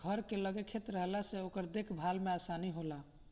घर के लगे खेत रहला से ओकर देख भाल में आसानी होला